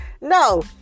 No